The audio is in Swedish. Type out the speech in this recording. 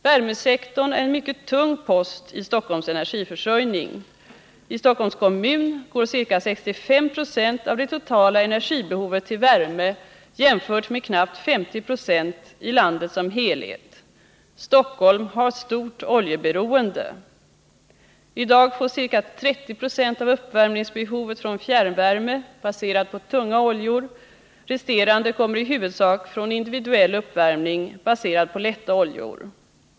Värmesektorn är en mycket tung post i Stockholms energiförsörjning. I Stockholms kommun går ca 65 70 av det totala energibehovet till värme jämfört med knappt 50 26 i landet som helhet. Stockholm har stort oljeberoende. I dag täcks ca 30 20 av uppvärmningsbehovet med fjärrvärme, baserad på tunga oljor. Resterande kommer i huvudsak från individuell uppvärmning, baserad på lätta oljor.